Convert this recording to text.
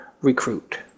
recruit